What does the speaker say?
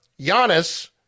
Giannis